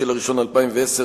6 בינואר 2010,